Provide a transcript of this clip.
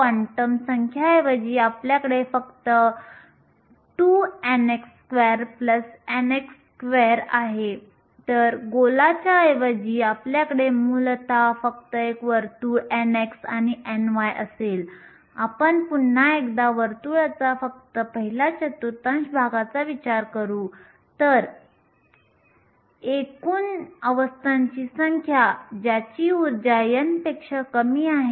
जेव्हा आपण हे करतो तेव्हा आपल्याला n हे Nc च्या बरोबरीने मिळते जे दिलेल्या तापमानाच्या वेळेस स्थिर असते जे exp⁡kT आहे